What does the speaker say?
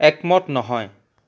একমত নহয়